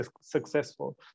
successful